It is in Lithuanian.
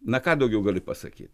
na ką daugiau galiu pasakyt